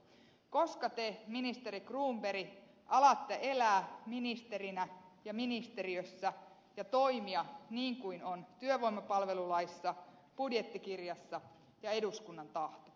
koska te ministeri cronberg alatte elää ministerinä ja ministeriössä ja toimia niin kuin on työvoimapalvelulaissa budjettikirjassa ja eduskunnan tahto